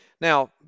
Now